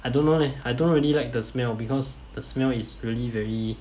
I don't know leh I don't really like the smell because the smell is really very